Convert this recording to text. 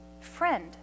friend